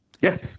Yes